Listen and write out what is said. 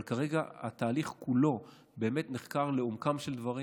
אבל כרגע, התהליך כולו באמת נחקר לעומקם של דברים.